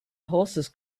horses